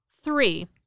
Three